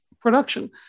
production